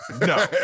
No